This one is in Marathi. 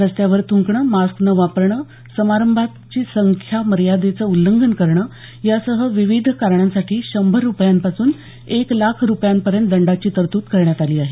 रस्त्यावर थ्रंकणे मास्क न वापरणे समारंभात संख्या मर्यादेचं उल्लंघन करणे यासह विविध कारणांसाठी शंभर रुपयांपासून एक लाख रुपयांपर्यंत दंडाची तरतूद करण्यात आली आहे